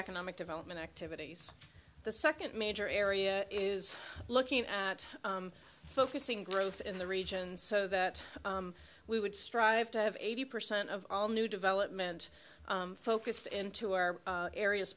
economic development activities the second major area is looking at focusing growth in the regions so that we would strive to have eighty percent of all new development focused into our areas